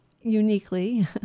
uniquely